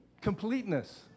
completeness